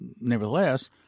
nevertheless